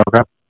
Okay